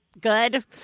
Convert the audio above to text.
good